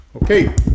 Okay